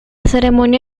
ceremonia